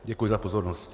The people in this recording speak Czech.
Děkuji za pozornost.